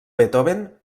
beethoven